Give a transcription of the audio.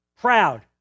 proud